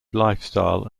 lifestyle